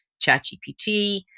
ChatGPT